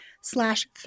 slash